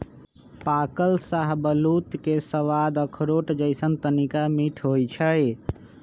पाकल शाहबलूत के सवाद अखरोट जइसन्न तनका मीठ होइ छइ